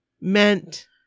meant